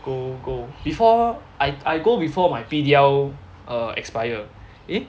go go before I go before my P_D_L err expire eh